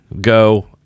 Go